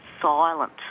silent